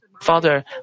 Father